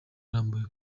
arambuye